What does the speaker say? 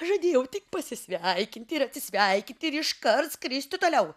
žadėjau tik pasisveikinti ir atsisveikinti ir iškart skristi toliau